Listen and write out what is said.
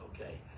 Okay